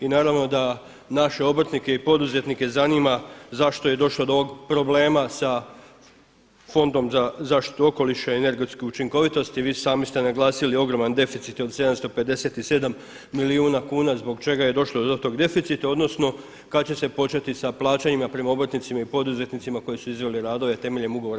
I na ravno da naše obrtnike i poduzetnike zanima zašto je došlo do problema sa Fondom za zaštitu okoliša i energetsku učinkovitost i vi sami ste naglasili ogroman deficit od 757 milijuna kuna zbog čega je došlo do tog deficita odnosno kada će se početi sa plaćanjima prema obrtnicima i poduzetnicima koji su izveli radove temeljem ugovora sa fondom.